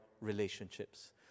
relationships